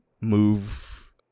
move